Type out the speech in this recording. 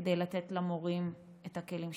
כדי לתת למורים את הכלים שצריך,